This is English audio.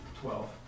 Twelve